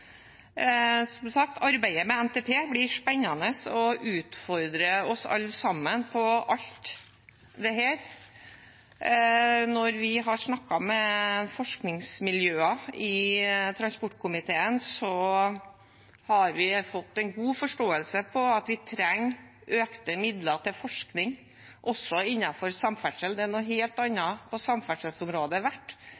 Arbeidet med NTP blir spennende og utfordrer oss alle sammen på alt dette. Når vi har snakket med forskningsmiljøer i transportkomiteen, har vi fått en god forståelse av at vi trenger økte midler til forskning også innenfor samferdsel. Det er noe helt